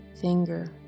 finger